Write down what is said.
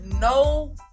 no